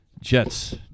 Jets